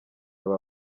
aba